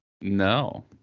no